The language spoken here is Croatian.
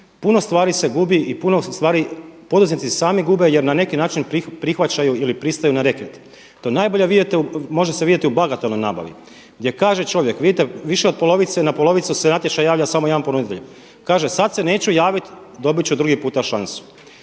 puno stvari se gubi i puno stvari poduzetnici sami gube jer na neki način prihvaćaju ili pristaju na reket. To najbolje vidite, može se vidjeti u bagatelnoj nabavi, gdje kaže čovjek. Vidite više od polovice, na polovicu se natječaja javlja samo jedan ponuditelj. Kaže, sad se neću javiti, dobit ću drugi puta šansu.